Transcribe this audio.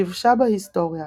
דבשה בהיסטוריה